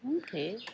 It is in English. Okay